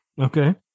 Okay